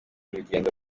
urugendo